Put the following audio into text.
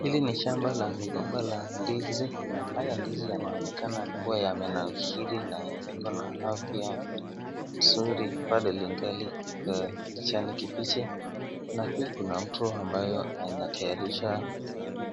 Hili ni shamba la migomba la ndizi na haya ndizi yanaonekana kuwa yamenawiri na yako na afya nzuri, bado lingali kijani kibiji na pia kuna mtu ambayo anatayarisha,